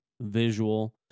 visual